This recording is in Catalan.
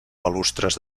balustres